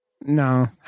No